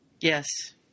Yes